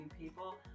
people